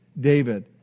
David